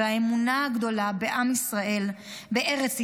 והאמונה הגדולה בעם ישראל בארץ ישראל,